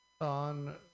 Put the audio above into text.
on